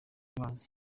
bazi